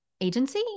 agency